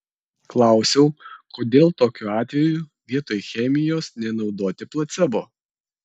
klausiau kodėl tokiu atveju vietoj chemijos nenaudoti placebo